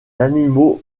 animaux